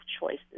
Choices